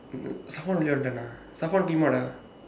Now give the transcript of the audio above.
we are done ah give what ah